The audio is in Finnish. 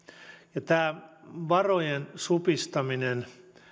ja tämä varojen supistaminen